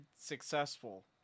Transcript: successful